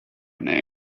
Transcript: name